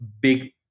big